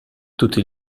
tutti